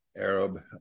Arab